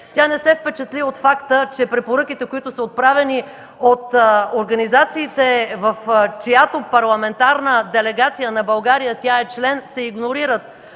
Тя не се впечатли от факта, че препоръките, които са отправени от организациите, в чиято парламентарна делегация на България тя е член, се игнорират